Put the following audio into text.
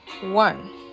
one